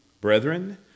Brethren